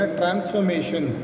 transformation